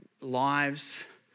lives